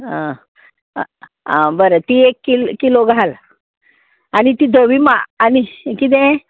आं आं बरें ती एक किल किलो घाल आनी तीं धवीं मा आनी किदें